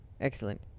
excellent